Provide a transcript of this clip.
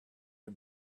you